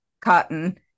cotton